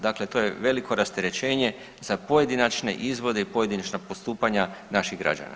Dakle, to je veliko rasterećenje za pojedinačne izvode i pojedinačna postupanja naših građana.